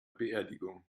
beerdigung